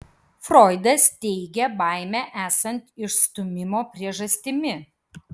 froidas teigia baimę esant išstūmimo priežastimi